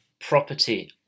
property